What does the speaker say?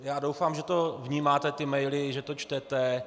Já doufám, že to vnímáte, ty maily, že to čtete.